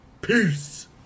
Peace